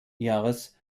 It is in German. jahres